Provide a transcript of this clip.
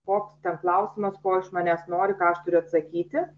koks ten klausimas ko iš manęs nori ką aš turiu atsakyti